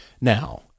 Now